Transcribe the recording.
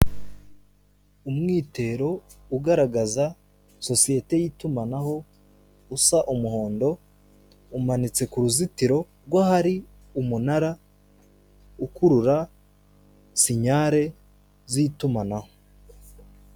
Umwitero ugaragaza sosiyete y'itumanaho usa umuhondo, umanitse ku ruzitiro rw 'ahari umunara ukurura sinyale z'itumanaho.